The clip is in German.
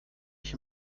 ich